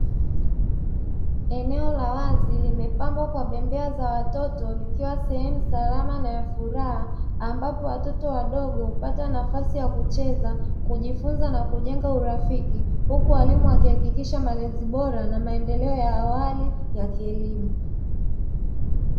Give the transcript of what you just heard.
Eneo la limepambwa kwa bembea za watoto likiwa sehemu salama na ya furaha, ambapo watoto wadogo hupata nafasi ya kucheza kujifunza na kujenga urafiki. Huku walimu wakihakikisha malezi bora na maendeleo ya awali ya kielimu.